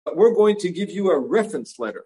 We're going to give you a reference letter.